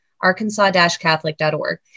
arkansas-catholic.org